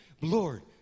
Lord